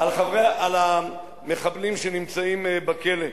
ההודעות המסחררות על המחבלים שנמצאים בכלא,